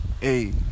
Hey